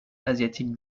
asiatiques